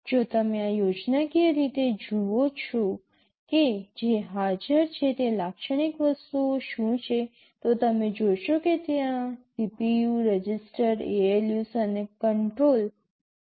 જો તમે આ યોજનાકીય રીતે જુઓ છો કે જે હાજર છે તે લાક્ષણિક વસ્તુઓ શું છે તો તમે જોશો કે ત્યાં CPU રજિસ્ટર ALU's અને control CPU registers ALU's and control છે